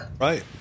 Right